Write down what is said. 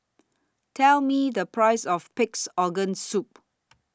Tell Me The Price of Pig'S Organ Soup